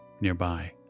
nearby